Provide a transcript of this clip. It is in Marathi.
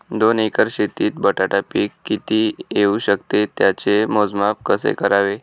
दोन एकर शेतीत बटाटा पीक किती येवू शकते? त्याचे मोजमाप कसे करावे?